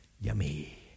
yummy